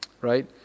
right